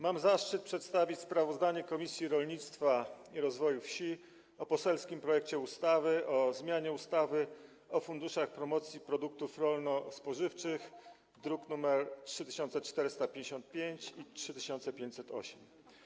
Mam zaszczyt przedstawić sprawozdanie Komisji Rolnictwa i Rozwoju Wsi o poselskim projekcie ustawy o zmianie ustawy o funduszach promocji produktów rolno-spożywczych, druki nr 3455 i 3508.